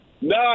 No